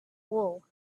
wool